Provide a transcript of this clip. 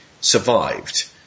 survived